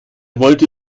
wollte